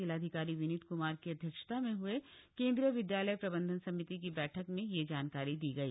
जिलाधिकारी विनीत कुमार की अध्यक्षता में हए केन्द्रीय विद्यालय प्रबन्धन समिति की बष्ठक में यह जानकारी दी गई